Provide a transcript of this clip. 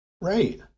Right